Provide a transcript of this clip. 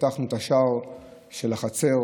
פתחנו את השער של החצר